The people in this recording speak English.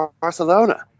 Barcelona